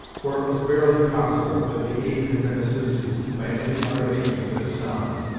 for it was barely possible that the aim had been assisted by any other agent than sound.